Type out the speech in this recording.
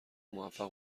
موفق